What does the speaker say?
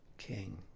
king